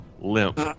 limp